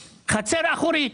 אחורית.